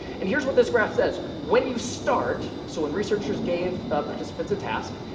and here's what this graph says, when you start so when researchers gave participants a task,